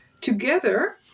Together